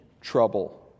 trouble